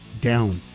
down